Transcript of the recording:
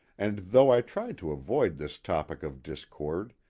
and though i tried to avoid this topic of discord,